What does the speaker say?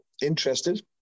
interested